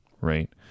Right